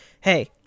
hey